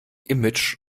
image